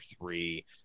three